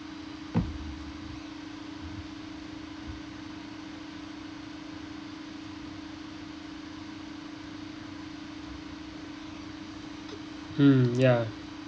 mm ya